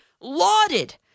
lauded